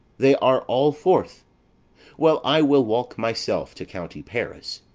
they are all forth well, i will walk myself to county paris,